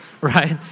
right